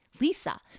Lisa